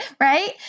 Right